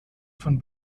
von